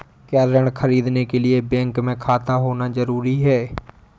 क्या ऋण ख़रीदने के लिए बैंक में खाता होना जरूरी है?